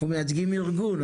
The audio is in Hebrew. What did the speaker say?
אנחנו מייצגים ארגון,